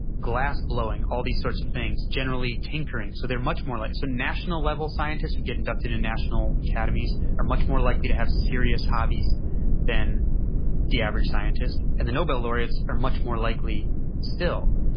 glass blowing, all these sorts of things, generally tinkering. so they're much more, like so national level scientists who get inducted in national academies are much more likely to have serious hobbies than the average scientist. and the nobel laureates are much more likely still.